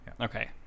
Okay